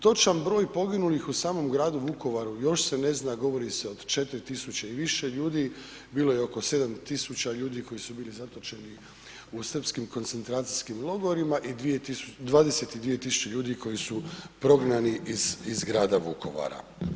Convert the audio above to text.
Točan broj poginulih u samom gradu Vukovaru još se ne zna, govori se o 4.000 i više ljudi, bilo je oko 7.000 ljudi koji su bili zatočeni u srpskim koncentracijskim logorima i 22.000 ljudi koji su prognani iz grada Vukovara.